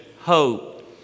hope